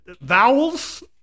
vowels